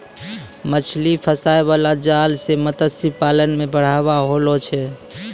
मछली फसाय बाला जाल से मतस्य पालन मे बढ़ाबा होलो छै